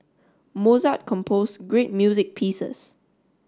Mozart composed great music pieces